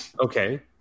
Okay